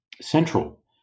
central